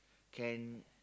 can